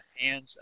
hands